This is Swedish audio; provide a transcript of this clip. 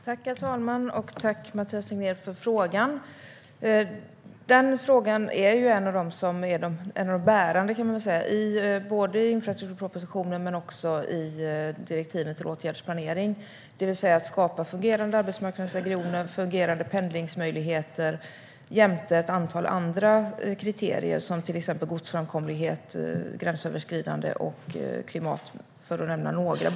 Herr talman! Tack, Mathias Tegnér, för frågan! Detta är en av de bärande frågorna både i infrastrukturpropositionen och i direktiven till åtgärdsplanering, det vill säga att skapa fungerande arbetsmarknadsregioner och fungerande pendlingsmöjligheter, jämte ett antal andra faktorer som godsframkomlighet, gränsöverskridande, klimat och bostadsbyggande, för att nämna några.